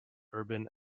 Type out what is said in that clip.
urban